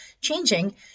changing